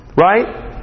Right